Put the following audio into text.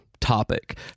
topic